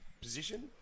position